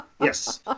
Yes